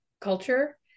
culture